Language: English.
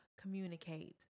communicate